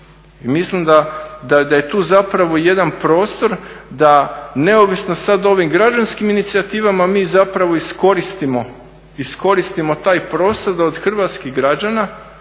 mislim da je tu zapravo jedan prostor da neovisno sada o ovim građanskim inicijativama mi zapravo iskoristimo taj prostor da od hrvatskih građana